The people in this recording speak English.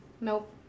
Nope